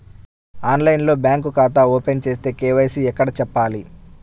ఆన్లైన్లో బ్యాంకు ఖాతా ఓపెన్ చేస్తే, కే.వై.సి ఎక్కడ చెప్పాలి?